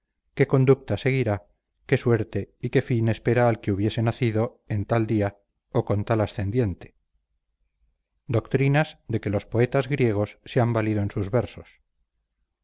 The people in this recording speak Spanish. qué conducta seguirá qué suerte y qué fin espera al que hubiese nacido en tal día o con tal ascendiente doctrinas de que los poetas griegos se han valido en sus versos